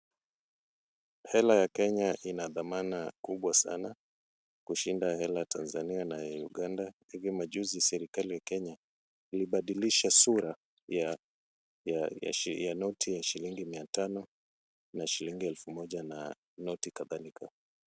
Hela ya Kenya ina dhamana kubwa sana kushinda hela Tanzania na ya Uganda. Hivi majuzi serikali ya Kenya ilibadilisha sura ya noti ya shilingi mia tano na shilingi elfu moja na noti kadhalika.